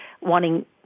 wanting